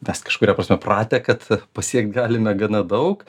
mes kažkuria prasme pratę kad pasiekt galime gana daug